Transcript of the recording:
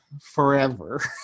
forever